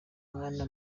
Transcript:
mwana